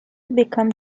become